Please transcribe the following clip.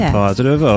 positive